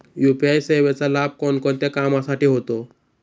UPI सेवेचा लाभ कोणकोणत्या कामासाठी होतो?